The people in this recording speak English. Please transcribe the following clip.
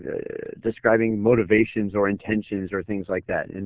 describing motivations or intentions or things like that. and